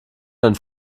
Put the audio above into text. dein